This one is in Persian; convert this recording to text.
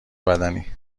بدنی